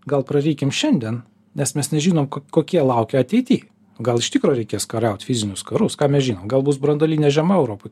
gal prarykim šiandien nes mes nežinom kokie laukia ateity gal iš tikro reikės kariaut fizinius karus ką mes žinom gal bus branduolinė žiema europoj